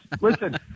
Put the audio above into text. Listen